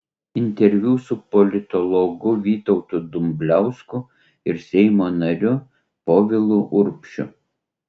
interviu su politologu vytautu dumbliausku ir seimo nariu povilu urbšiu